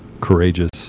courageous